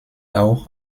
auch